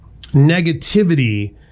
negativity